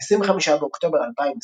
25 באוקטובר 2021